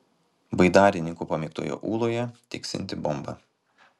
baidarininkų pamėgtoje ūloje tiksinti bomba